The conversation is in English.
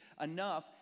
enough